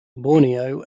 borneo